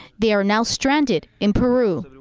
they are now stranded in peru.